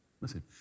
listen